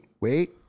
wait